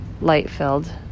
light-filled